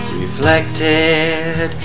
reflected